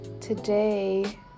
Today